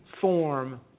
form